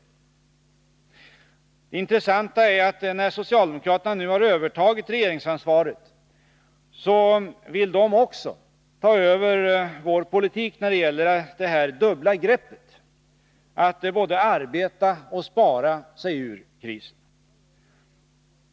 Det intressanta är att när socialdemokraterna nu har övertagit regeringsansvaret vill de också ta över vår politik när det gäller det här dubbla greppet, att både arbeta och spara sig urkrisen.